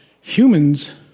humans